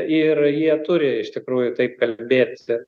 ir jie turi iš tikrųjų taip kalbėti